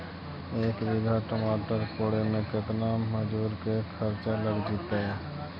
एक बिघा टमाटर कोड़े मे केतना मजुर के खर्चा लग जितै?